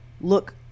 look